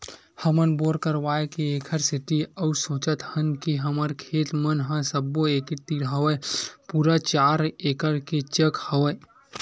हमन बोर करवाय के ऐखर सेती अउ सोचत हवन के हमर खेत मन ह सब्बो एके तीर हवय पूरा चार एकड़ के चक हवय